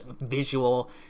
visual